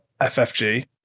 ffg